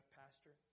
pastor